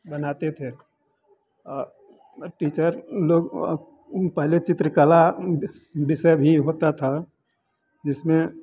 बनाते थे टीचर लोग पहले चित्रकला बीस विषय भी होता था जिसमें